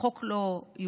החוק לא יוגש.